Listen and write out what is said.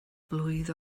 blwydd